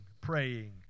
praying